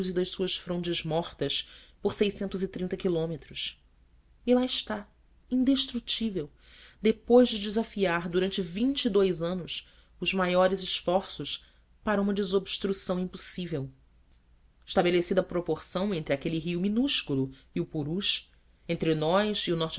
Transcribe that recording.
das suas frondes mortas por quilômetros e lá está indestrutível depois de desafiar durante vinte e dois anos os maiores esforços para uma desobstrução impossível estabelecida a proporção entre aquele rio minúsculo e o purus entre nós e os